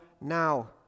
now